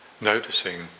noticing